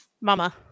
Mama